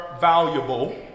valuable